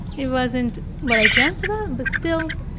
it wasn't what i dreamt about, but still,